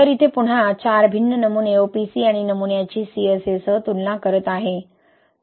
तर इथे पुन्हा 4 भिन्न नमुने OPC आणि नमुन्याची CSA सह तुलना करत आहे